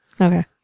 Okay